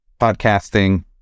podcasting